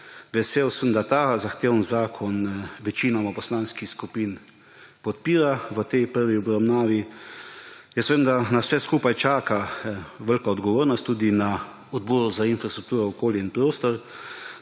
Vesel sem, da ta zahtevni zakon večina poslanskih skupin podpira v tej prvi obravnavi. Vem, da nas vse skupaj čaka velika odgovornost, tudi na Odboru za infrastrukturo, okolje in prostor.